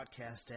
podcast